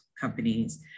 companies